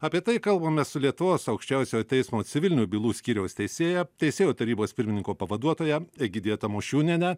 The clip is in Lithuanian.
apie tai kalbamės su lietuvos aukščiausiojo teismo civilinių bylų skyriaus teisėja teisėjų tarybos pirmininko pavaduotoja egidija tamošiūniene